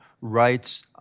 rights